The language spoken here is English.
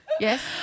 Yes